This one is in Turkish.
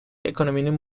ekonominin